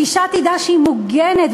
שאישה תדע שהיא מוגנת,